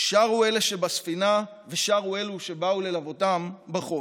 שרו אלה שבספינה ושרו אלה שבאו ללוותם בחוף,